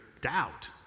Doubt